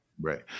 right